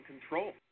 control